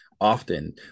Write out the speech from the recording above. often